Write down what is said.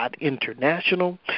International